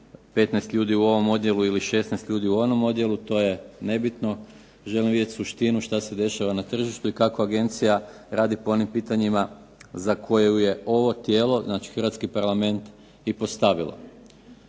15 ljudi u ovom odjelu ili 16 ljudi u onom odjelu, to je nebitno. Želim vidjeti suštinu što se dešava na tržištu i kako agencija radi po onim pitanjima za koje ju je ovo tijelo, znači hrvatski Parlament, i postavilo.